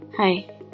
Hi